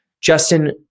Justin